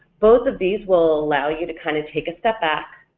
both of these will allow you to kind of take a step back,